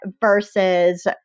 versus